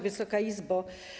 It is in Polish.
Wysoka Izbo!